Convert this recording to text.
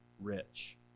rich